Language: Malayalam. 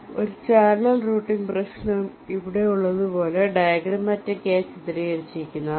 അതിനാൽ ഒരു ചാനൽ റൂട്ടിംഗ് പ്രശ്നം ഇവിടെയുള്ളതുപോലെ ഡയഗ്രമാറ്റിക്കായി ചിത്രീകരിച്ചിരിക്കുന്നു